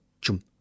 chum